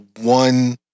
one